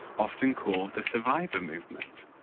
often called the survivor movement.